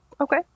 Okay